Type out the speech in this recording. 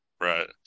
Right